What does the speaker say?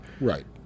Right